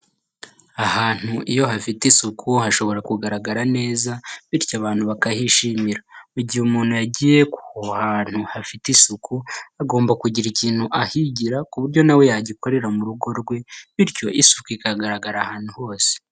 Ahantu iyo hafite isuku hashobora kugaragara neza, bityo abantu bakahishimira. Mu gihe umuntu yagiye ahantu hafite isuku, agomba kugira ikintu ahigira, ku buryo nawe yagikorera mu rugo rwe, bityo isuku ikagaragara ahantu hose.